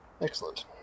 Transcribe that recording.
Excellent